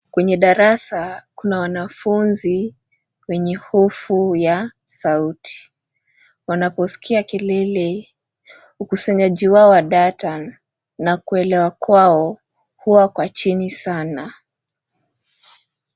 Kwenye darasa kuna wanafunzi wenye hofu ya sauti, wanaposikia kelele ,ukusanyaji wao wa data na kuelewa kwao huwa kwa chini sana .